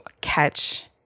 catch